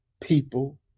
people